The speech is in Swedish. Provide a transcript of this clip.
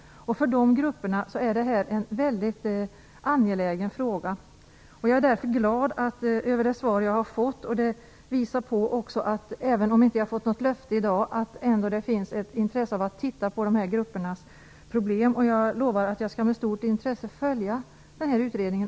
För de grupperna är detta en angelägen fråga. Jag är därför glad över det svar jag har fått. Det visar på att även om jag inte har fått ett löfte i dag finns det ett intresse att se över dessa gruppers problem. Jag lovar att jag med stort intresse skall följa utredningen.